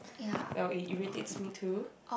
well it irritates me too